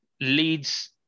leads